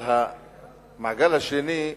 אבל המעגל השני,